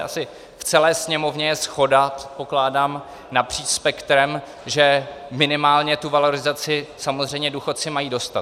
Asi v celé Sněmovně je shoda, předpokládám, napříč spektrem, že minimálně tu valorizaci samozřejmě důchodci mají dostat.